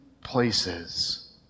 places